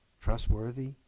trustworthy